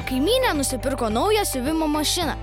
kaimynė nusipirko naują siuvimo mašiną